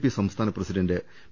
P സംസ്ഥാന president P